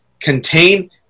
Contain